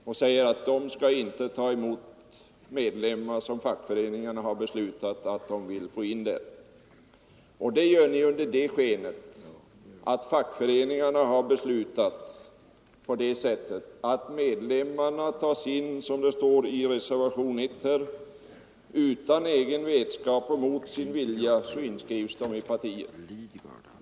Ni säger att partiet inte skall ta emot medlemmar som fackföreningarna har beslutat att kollektivansluta. Det gör ni under åberopande av att fackföreningarna skulle ha beslutat om denna anslutning, som det står i reservation 1, utan medlemmarnas egen vetskap och mot deras vilja.